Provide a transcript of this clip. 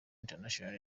international